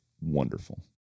wonderful